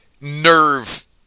nerve